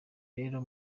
rero